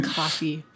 coffee